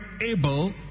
able